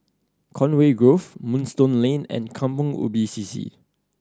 Conway Grove Moonstone Lane and Kampong Ubi C C